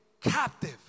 captive